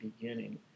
beginning